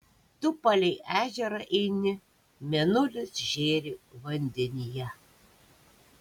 tu palei ežerą eini mėnulis žėri vandenyje